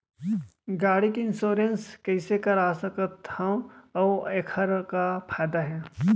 गाड़ी के इन्श्योरेन्स कइसे करा सकत हवं अऊ एखर का फायदा हे?